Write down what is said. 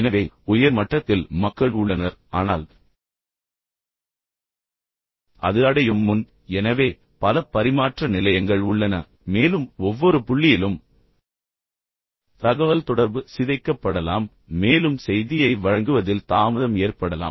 எனவே உயர் மட்டத்தில் மக்கள் உள்ளனர் ஆனால் அது அடையும் முன் எனவே பல பரிமாற்ற நிலையங்கள் உள்ளன மேலும் ஒவ்வொரு புள்ளியிலும் தகவல்தொடர்பு சிதைக்கப்படலாம் மேலும் செய்தியை வழங்குவதில் தாமதம் ஏற்படலாம்